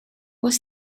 was